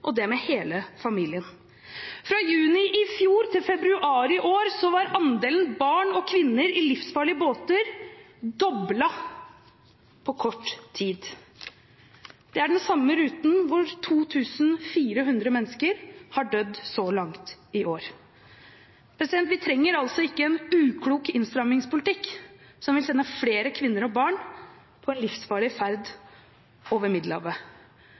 Og det med hele familien.» Fra juni i fjor til februar i år var andelen barn og kvinner i livsfarlige båter doblet på kort tid. Det er den samme ruten hvor 2 400 mennesker har dødd så langt i år. Vi trenger ikke en uklok innstrammingspolitikk som vil sende flere kvinner og barn på en livsfarlig ferd over